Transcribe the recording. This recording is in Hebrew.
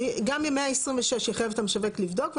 גם אם 136 יחייב את המשווק לבדוק,